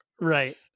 Right